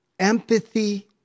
Empathy